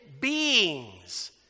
beings